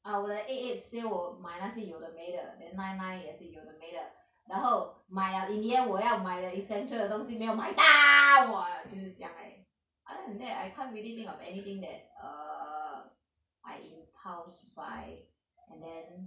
ah 我的 eight eight sale 我买那些有的没的 then nine nine 也是有的没的然后买 liao in the end 我要买的 essential 的东西没有买到 !wah! 就是这样 right other than that I can't really think of anything that err I impulse buy and then